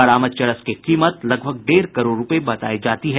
बरामद चरस की कीमत लगभग डेढ़ करोड़ रूपये बतायी जाती है